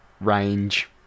range